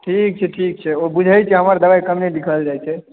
ठीक छै ठीक छै ओ बुझै छै हमर दबाइ कम्मे लिखल जाइ छै